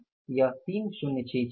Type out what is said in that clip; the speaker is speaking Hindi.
यह 3600 है